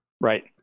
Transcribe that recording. Right